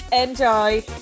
Enjoy